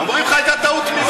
ביטן, ככה אתה רוצה לסיים מושב?